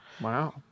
Wow